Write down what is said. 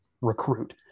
Recruit